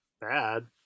bad